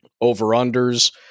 Over-unders